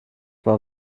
for